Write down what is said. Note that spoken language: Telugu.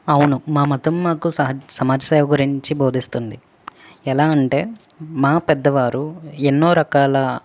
అవును మా మతం మాకు సహాజ సమాజ సేవ గురించి బోధిస్తుంది ఎలా అంటే మా పెద్దవారు ఎన్నో రకాల